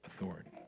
authority